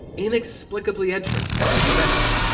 inexplicably entering the best of them.